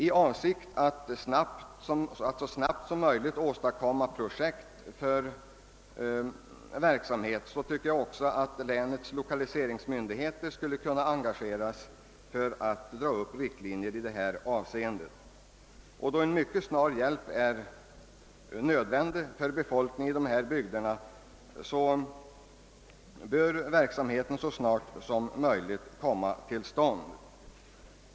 I avsikt att så snabbt som möjligt åstadkomma projekt för en sådan verksamhet tycker jag också att länets lokaliseringsmyndigheter skulle kunna engageras för att dra upp vissa riktlinjer. Då en mycket snar hjälp för befolkningen i dessa bygder är nödvändig bör verksamheten komma till stånd så snart som möjligt.